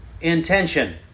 intention